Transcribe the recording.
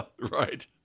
right